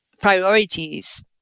priorities